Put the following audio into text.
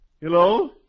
Hello